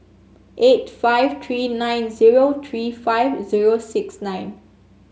eight five three nine zero three five zero six nine